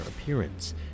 appearance